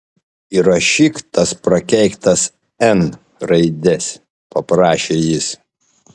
įrašyk tas prakeiktas n raides paprašė jis